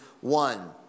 one